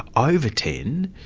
over ten,